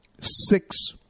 six